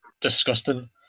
disgusting